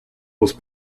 was